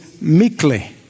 meekly